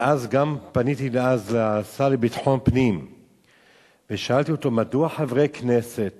ואז גם פניתי לשר לביטחון פנים ושאלתי אותו מדוע חברי כנסת